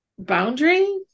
Boundary